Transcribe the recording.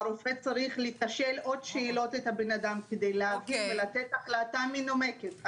והרופא צריך לתשאל עוד שאלות את הבן-אדם כדי להבין ולתת החלטה מנומקת,